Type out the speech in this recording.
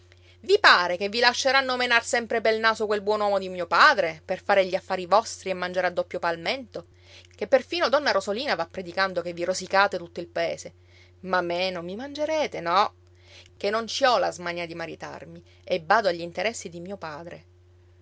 i pare che vi lasceranno menar sempre pel naso quel buon uomo di mio padre per fare gli affari vostri e mangiare a doppio palmento che perfino donna rosolina va predicando che vi rosicate tutto il paese ma me non mi mangerete no ché non ci ho la smania di maritarmi e bado agli interessi di mio padre